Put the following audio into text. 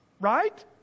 right